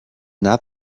not